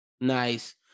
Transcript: Nice